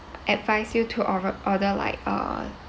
advise you to order like uh